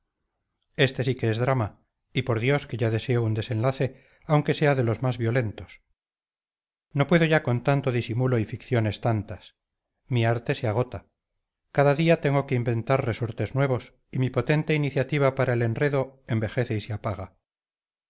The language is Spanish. este sí que es drama y por dios que ya deseo un desenlace aunque sea de los más violentos no puedo ya con tanto disimulo y ficciones tantas mi arte se agota cada día tengo que inventar resortes nuevos y mi potente iniciativa para el enredo envejece y se apaga